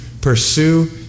pursue